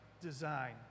design